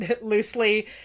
loosely